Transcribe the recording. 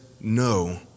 No